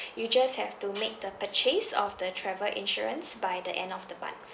you just have to make the purchase of the travel insurance by the end of the month